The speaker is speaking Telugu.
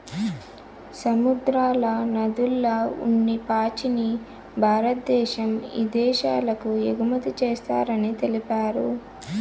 సముద్రాల, నదుల్ల ఉన్ని పాచిని భారద్దేశం ఇదేశాలకు ఎగుమతి చేస్తారని తెలిపారు